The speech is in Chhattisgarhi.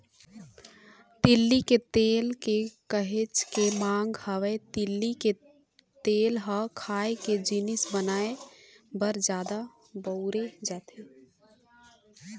तिली के तेल के काहेच के मांग हवय, तिली तेल ह खाए के जिनिस बनाए बर जादा बउरे जाथे